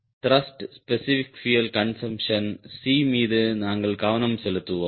thrust specific fuel consumption C மீது நாங்கள் கவனம் செலுத்துவோம்